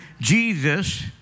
Jesus